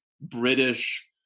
British